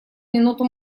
минуту